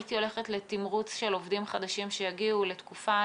הייתי הולכת לתמרוץ של עובדים חדשים שיגיעו לתקופה